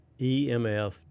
EMF